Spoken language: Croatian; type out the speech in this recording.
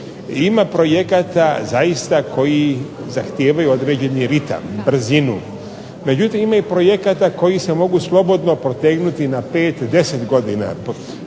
Ima projekata zaista koji zahtijevaju određeni ritam, brzinu. Međutim, ima i projekata koji se mogu slobodno protegnuti na 5, 10 godina.